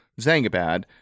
Zangabad